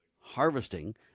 harvesting